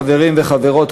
חברים וחברות,